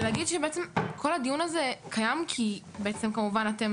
להגיד שבעצם כל הדיון הזה קיים כי בעצם כמובן אתם